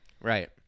Right